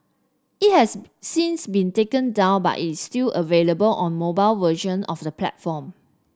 it has since been taken down but it still available on mobile version of the platform